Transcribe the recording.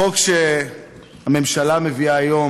החוק שהממשלה מביאה היום,